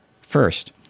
First